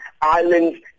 islands